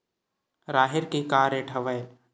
राहेर के का रेट हवय?